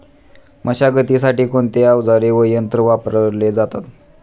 मशागतीसाठी कोणते अवजारे व यंत्र वापरले जातात?